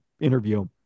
interview